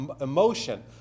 emotion